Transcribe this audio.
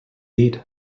dir